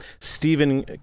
Stephen